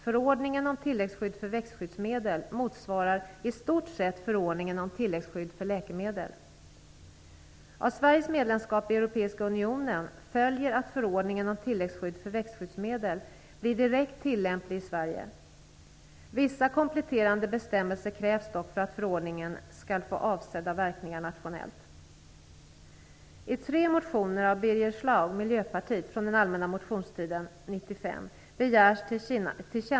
Förordningen om tilläggsskydd för växtskyddsmedel motsvarar i stort sett förordningen om tilläggsskydd för läkemedel. Av Sveriges medlemskap i Europeiska unionen följer att förordningen om tilläggsskydd för växtskyddsmedel blir direkt tillämplig i Sverige. Vissa kompletterande bestämmelser krävs dock för att förordningen skall få avsedda verkningar internationellt.